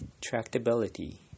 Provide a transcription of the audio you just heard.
Tractability